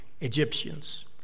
Egyptians